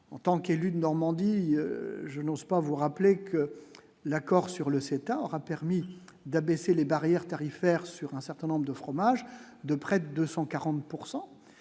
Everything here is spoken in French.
En tant qu'élu de Normandie, je n'ose pas vous rappeler que l'accord sur le CETA aura permis d'abaisser les barrières tarifaires sur un certain nombre de fromages de près de 140